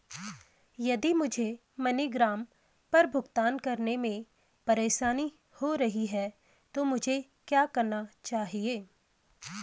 यदि मुझे मनीग्राम पर भुगतान करने में परेशानी हो रही है तो मुझे क्या करना चाहिए?